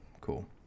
cool